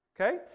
Okay